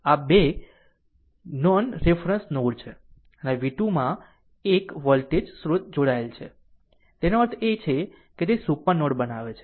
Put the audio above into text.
આ 2 non reference node છે અને v2 માં 1 વોલ્ટેજ સ્ત્રોત જોડાયેલ છે એનો અર્થ એ કે તે એક સુપર નોડ બનાવે છે